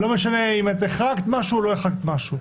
לא משנה אם זה את החרגת משהו או לא החרגת משהו.